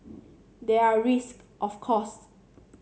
there are risk of course